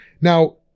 Now